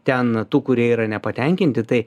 ten tų kurie yra nepatenkinti tai